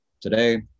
today